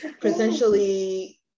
potentially